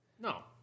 No